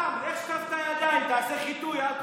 רם, לך שטוף את הידיים, תעשה חיטוי אלכוג'ל.